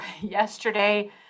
yesterday